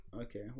Okay